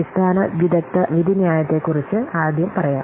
അടിസ്ഥാന വിദഗ്ദ്ധ വിധിന്യായത്തെക്കുറിച്ച് ആദ്യം പറയാം